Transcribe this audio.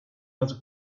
other